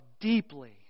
deeply